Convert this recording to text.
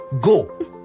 go